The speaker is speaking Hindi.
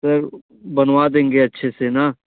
सर बनवा देंगे अच्छे से ना